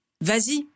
Vas-y